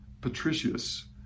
Patricius